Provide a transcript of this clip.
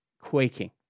quaking